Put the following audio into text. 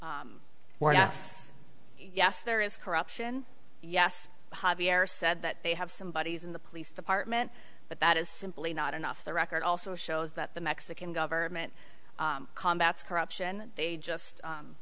or yes yes there is corruption yes javier said that they have some bodies in the police department but that is simply not enough the record also shows that the mexican government combat's corruption they just